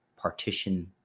partition